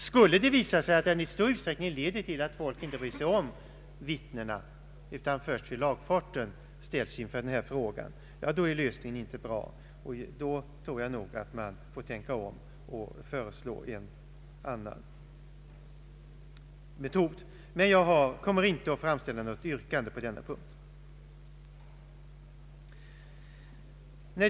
Skulle det visa sig att den i stor utsträckning leder till att folk inte bryr sig om vittnena utan först när det gäller att få lagfart ställs inför den frågan då är lösningen inte bra. Man får i så fall tänka om och föreslå en annan metod. Jag kommer emellertid inte nu att framställa något yrkande på den punkten.